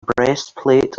breastplate